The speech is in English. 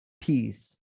peace